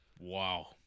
Wow